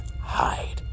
hide